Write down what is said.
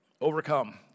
Overcome